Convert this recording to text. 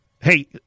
Hey